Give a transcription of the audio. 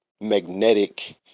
magnetic